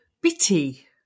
bitty